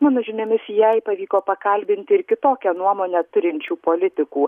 mano žiniomis jai pavyko pakalbinti ir kitokią nuomonę turinčių politikų